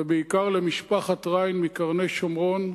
ובעיקר למשפחת ריין מקרני שומרון,